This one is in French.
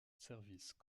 service